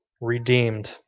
redeemed